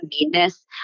meanness